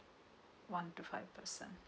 one to five percent